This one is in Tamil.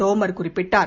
தோமர் குறிப்பிட்டார்